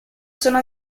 sono